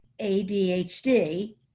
adhd